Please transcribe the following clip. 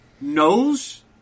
knows